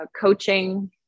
coaching